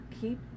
keep